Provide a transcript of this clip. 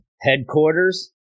headquarters